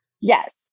Yes